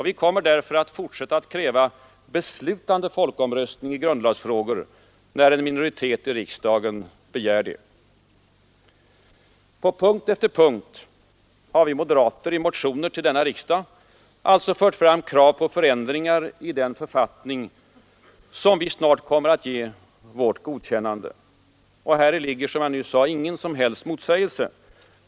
Vi kommer därför att fortsätta att kräva beslutande folkomröstningar i grundlagsfrågor när en minoritet i riksdagen begär det. På punkt efter punkt har vi moderater i motioner till denna riksdag alltså fört fram krav på förändringar i den författning som vi snart kommer att ge vårt godkännande. Häri ligger — som jag nyss sade — ingen som helst motsägelse.